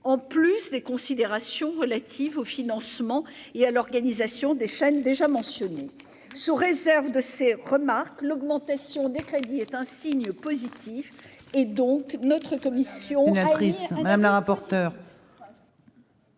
en plus des considérations relatives au financement et à l'organisation des chaînes déjà mentionné sous réserve de ces remarque l'augmentation des crédits est un signe positif et donc notre commission